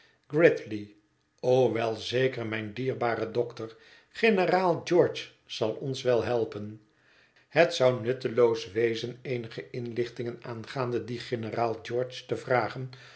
o wel zeker mijn dierbare dokter generaal george zal ons wel helpen het zou nutteloos wezen eenige inlichtingen aangaande dien generaal george te vragen